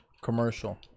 Commercial